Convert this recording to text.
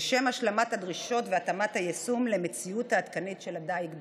לשם השלמת הדרישות והתאמת היישום למציאות העדכנית של הדיג בישראל.